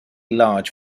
large